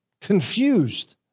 confused